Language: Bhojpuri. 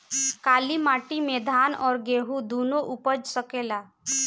काली माटी मे धान और गेंहू दुनो उपज सकेला?